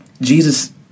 Jesus